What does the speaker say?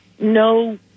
no